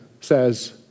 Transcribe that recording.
says